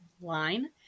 line